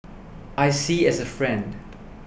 I see as a friend